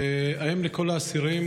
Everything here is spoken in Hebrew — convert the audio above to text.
2. האם לכל האסירים